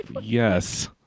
yes